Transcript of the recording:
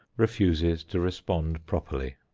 refuses to respond properly.